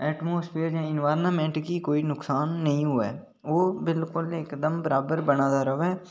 atmosphere जां environment गी कोई नुक्सान नेईं होऐ बिल्कुल इकदम बिल्कुल बराबर बने दा र'वै